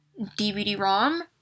DVD-ROM